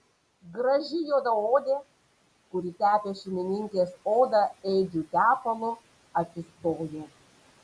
graži juodaodė kuri tepė šeimininkės odą ėdžiu tepalu atsistojo